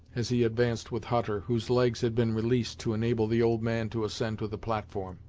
as he advanced with hutter, whose legs had been released to enable the old man to ascend to the platform.